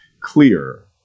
clear